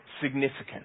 significant